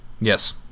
yes